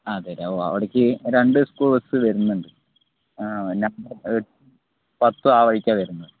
അതെ അല്ലെ ഓ അവിടേക്ക് രണ്ടു സ്കൂൾ ബസ് വരുന്നുണ്ട് നമ്പർ എട്ടും പത്തും ആ വഴിക്കാണ് വരുന്നത്